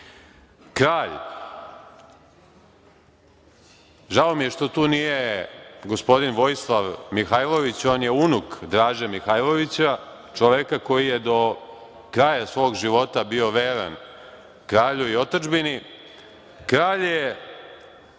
Kralj, žao mi je što nije tu gospodin Vojislav Mihajlović, on je unuk Draže Mihajlovića, čoveka koji je do kraja svog života bio veran kralju i otadžbini, kralj je